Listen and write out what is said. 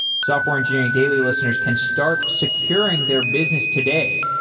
software engineering daily listeners can start securing their business today,